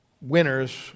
winners